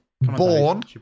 Born